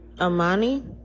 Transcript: Amani